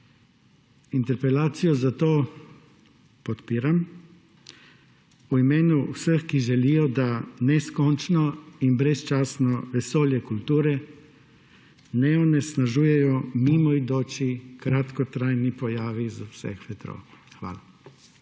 Interpelacijo zato podpiram v imenu vseh, ki želijo, da neskončnega in brezčasnega vesolja kulture ne onesnažujejo mimoidoči, kratkotrajni pojavi z vseh vetrov. Hvala.